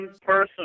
person